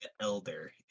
Elder